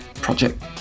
Project